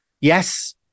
Yes